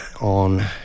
on